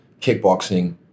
kickboxing